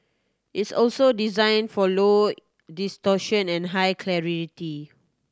it's also designed for low distortion and high clarity